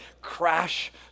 crash